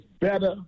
better